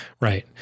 right